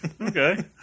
Okay